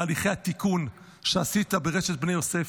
את תהליכי התיקון שעשית ברשת בני יוסף,